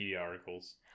articles